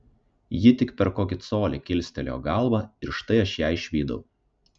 ji tik per kokį colį kilstelėjo galvą ir štai aš ją išvydau